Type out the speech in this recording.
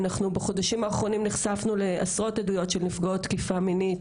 אנחנו בחודשים האחרונים נחשפנו לעשרות עדויות של נפגעות תקיפה מינית